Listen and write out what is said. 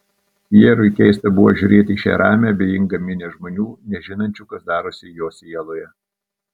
pjerui keista buvo žiūrėti į šią ramią abejingą minią žmonių nežinančių kas darosi jo sieloje